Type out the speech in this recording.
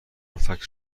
فکس